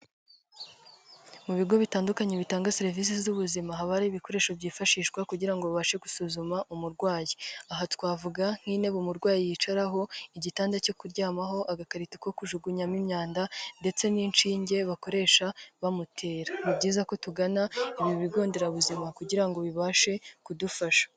Mu bigo bitandukanye bitanga serivisi z'ubuzima haba hari ibikoresho byifashishwa kugira ngo babashe gusuzuma umurwayi, aha twavuga nk'intebe umurwayi yicaraho, igitanda cyo kuryamaho, agakarito ko kujugunyamo imyanda, ndetse n'inshinge bakoresha bamutera, ni byiza ko tugana ibi bigo nderabuzima kugira ngo bibashe kudufasha.